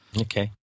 Okay